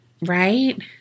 Right